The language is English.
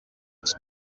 its